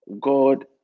God